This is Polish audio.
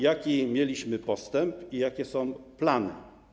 Jaki mieliśmy postęp i jakie są plany?